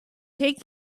take